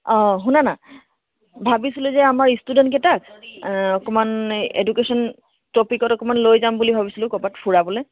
অঁ শুনানা ভাবিছিলোঁ যে আমাৰ ইষ্টুডেণ্টকেইটাক অকণমান এডুকেশ্যন টপিকত অকণমান লৈ যাম বুলি ভাবিছিলোঁ কৰ'বাত ফুৰাবলৈ